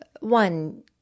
One